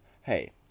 Hey